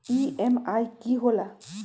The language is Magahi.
ई.एम.आई की होला?